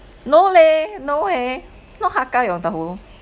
no leh no eh not hakka yong tau foo